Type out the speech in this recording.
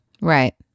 Right